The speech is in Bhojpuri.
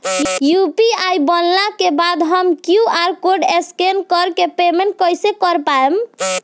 यू.पी.आई बनला के बाद हम क्यू.आर कोड स्कैन कर के पेमेंट कइसे कर पाएम?